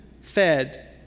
fed